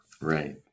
Right